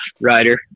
rider